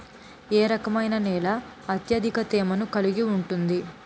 ఏ రకమైన నేల అత్యధిక తేమను కలిగి ఉంటుంది?